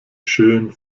schön